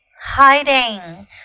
hiding